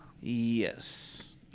Yes